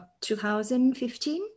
2015